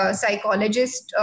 psychologist